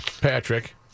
Patrick